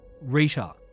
Rita